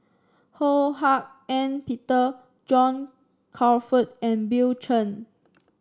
Ho Hak Ean Peter John Crawfurd and Bill Chen